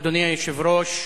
אדוני היושב-ראש,